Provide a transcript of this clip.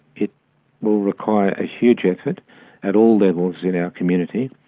it will require a huge effort at all levels in our community,